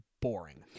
boring